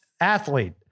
athlete